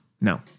No